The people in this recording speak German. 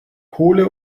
kohle